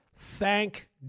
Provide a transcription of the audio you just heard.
Thank